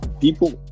people